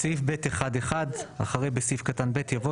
בסעיף (ב1)(1) אחרי בסעיף קטן (ב) יבוא